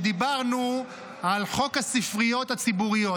כשדיברנו על חוק הספריות הציבוריות.